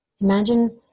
Imagine